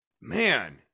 Man